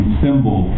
symbol